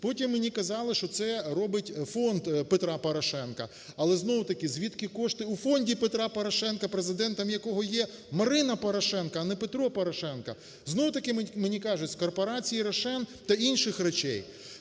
Потім мені казали, що це робить фонд Петра Порошенка. Але знову таки, звідки кошти у фонді Петра Порошенка, президентом якого є Марина Порошенко, а не Петро Порошенко. Знову-таки мені кажуть, з Корпорації "Рошен" та інших речей.